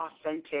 authentic